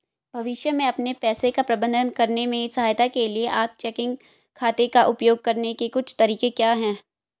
भविष्य में अपने पैसे का प्रबंधन करने में सहायता के लिए आप चेकिंग खाते का उपयोग करने के कुछ तरीके क्या हैं?